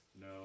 No